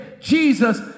Jesus